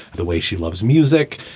the way she loves music.